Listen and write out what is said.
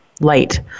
light